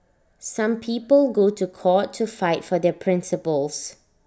some people go to court to fight for their principles